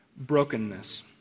brokenness